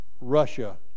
Russia